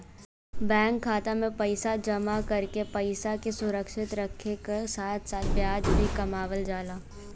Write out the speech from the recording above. bank खाता में पैसा जमा करके पैसा क सुरक्षित रखे क साथ साथ ब्याज भी कमावल जाला